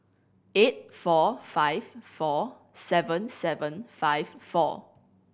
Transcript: eight four five four seven seven five four